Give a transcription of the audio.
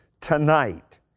tonight